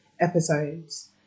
Episodes